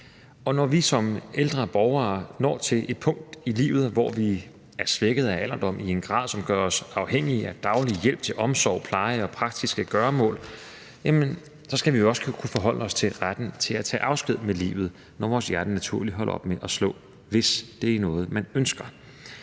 Når vi som ældre borgere når til et punkt i livet, hvor vi er svækket af alderdom i en grad, som gør os afhængige af daglig hjælp til omsorg, pleje og praktiske gøremål, så skal vi også kunne forholde os til retten til at tage afsked med livet, når vores hjerte naturligt holder op med at slå – hvis det er noget, man ønsker.